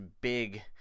big